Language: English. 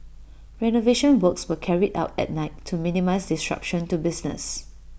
renovation works were carried out at night to minimise disruption to business